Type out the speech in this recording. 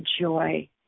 joy